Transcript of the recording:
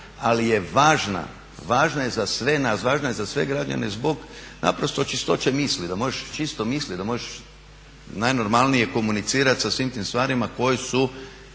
ali je važna, važna je za sve nas, važna je za sve građane zbog naprosto čistoće misli, da možeš čisto misliti, da možeš najnormalnije komunicirati sa svim tim stvarima koje su